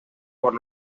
por